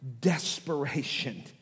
desperation